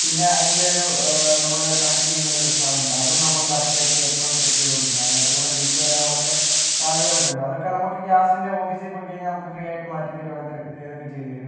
പിന്നെ അതിൻ്റെ ഒരു നമ്മൾ കണക്റ്റ് ചെയ്യുന്ന ഒരു സാധനം ഉണ്ട് അതും നമ്മൾ കറക്റ്റ് ആയിട്ട് എപ്പോഴും ചെക്ക് ചെയ്തുകൊണ്ടിരിക്കണം അതിനകത്തു കൂടി ലീക്ക് വരാനൊക്കെ സാധ്യതകൾ ഒക്കെയുണ്ട് അതൊക്കെ നമുക്ക് ഗ്യാസിൻ്റെ ഓഫീസിൽ പോയിക്കഴിഞ്ഞാൽ നമുക്ക് ഫ്രീയായിട്ട് മാറ്റി തരും അങ്ങനത്തെ ഇതൊക്കെ ചെയ്തു തരും